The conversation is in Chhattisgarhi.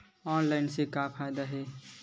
ऑनलाइन से का फ़ायदा हे?